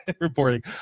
reporting